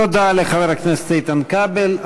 תודה לחבר הכנסת איתן כבל.